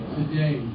Today